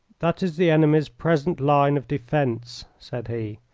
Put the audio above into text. that is the enemy's present line of defence, said he.